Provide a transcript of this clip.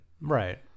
Right